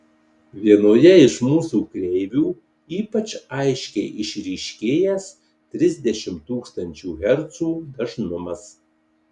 vienoje iš mūsų kreivių ypač aiškiai išryškėjęs trisdešimt tūkstančių hercų dažnumas